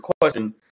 question